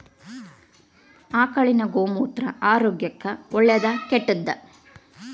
ಆಕಳಿನ ಗೋಮೂತ್ರ ಆರೋಗ್ಯಕ್ಕ ಒಳ್ಳೆದಾ ಕೆಟ್ಟದಾ?